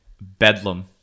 Bedlam